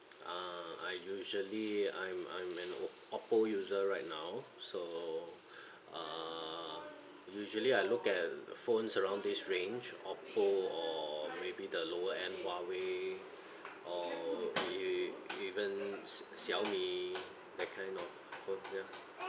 uh I usually I'm I'm an op~ oppo user right now so err usually I look at phones around this range oppo or maybe the lower end huawei or e~ even x~ xiaomi that kind of phone ya